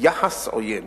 יחס עוין